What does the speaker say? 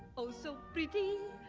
oh, so pretty,